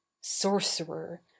sorcerer